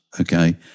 okay